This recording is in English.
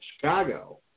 Chicago